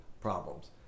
problems